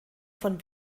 von